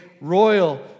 royal